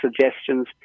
suggestions